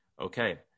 Okay